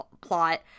plot